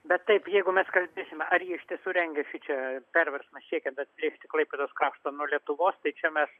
bet taip jeigu mes kalbėsime ar jie iš tiesų rengėsi čia perversmą siekiant atkreipti klaipėdos kraštą nuo lietuvos tai čia mes